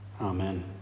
Amen